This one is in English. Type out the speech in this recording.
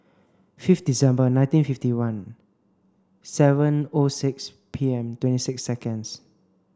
fifth December nineteen fifty one seven O six P M twenty six seconds